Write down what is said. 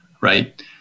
right